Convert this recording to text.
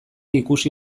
ikusi